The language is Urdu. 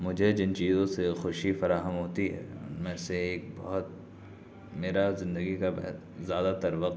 مجھے جن چیزوں سے خوشی فراہم ہوتی ہے ان میں سے ایک بہت میرا زندگی کا زیادہ تر وقت